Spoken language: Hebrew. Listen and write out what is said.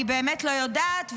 אני באמת לא יודעת.